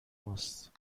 ماست